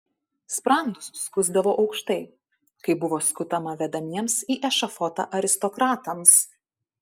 sprandus skusdavo aukštai kaip buvo skutama vedamiems į ešafotą aristokratams